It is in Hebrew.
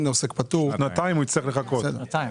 כי היום, בין עוסק פטור --- צריך לחכות שנתיים.